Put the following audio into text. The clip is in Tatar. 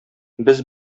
без